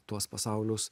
tuos pasaulius